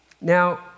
Now